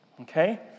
okay